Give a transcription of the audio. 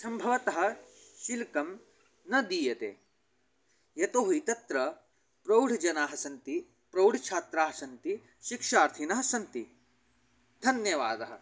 सम्भवतः शुल्कं न दीयते यतो हि तत्र प्रौढजनाः सन्ति प्रौढछात्राः सन्ति शिक्षार्थिनः सन्ति धन्यवादः